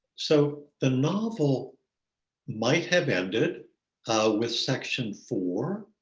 so the novel might have ended with section four